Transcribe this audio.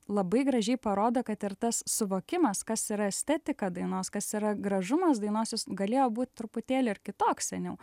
labai gražiai parodo kad ir tas suvokimas kas yra estetika dainos kas yra gražumas dainos galėjo būt truputėlį ar kitoks seniau